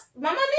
Mama